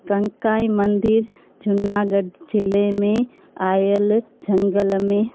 कनकाई मंदरु जूनागढ़ ज़िले में आयल झंगल में